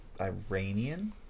Iranian